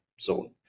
zone